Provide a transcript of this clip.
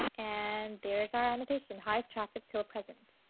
and there is our annotation. highest traffic till present.